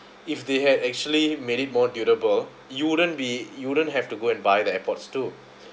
if they had actually made it more durable you wouldn't be you wouldn't have to go and buy the airpods two